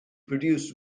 produced